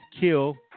kill